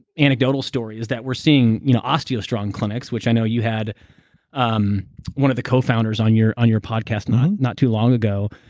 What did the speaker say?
anecdotal stories that we're seeing you know osteostrong clinics, which i know you had um one of the co-founders on your on your podcast and on not too long ago.